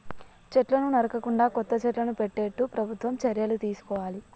చెట్లను నరకకుండా కొత్త చెట్లను పెట్టేట్టు ప్రభుత్వం చర్యలు తీసుకోవాలి